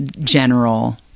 general